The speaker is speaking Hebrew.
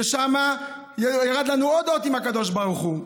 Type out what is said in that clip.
ושם ירדה לנו עוד אות עם הקדוש ברוך הוא.